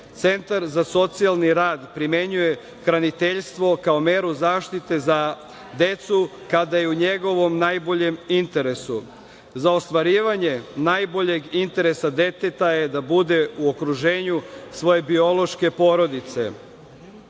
centar za socijalni rad primenjuje hraniteljstvo kao meru zaštite za decu kada je u njegovom najboljem interesu. Za ostvarivanje najboljeg interesa deteta je da bude u okruženju svoje biološke